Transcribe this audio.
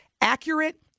accurate